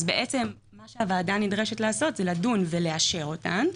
אז בעצם מה שהוועדה נדרשת לעשות זה לדון ולאשר אותן.